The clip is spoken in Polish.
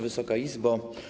Wysoka Izbo!